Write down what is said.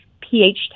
pH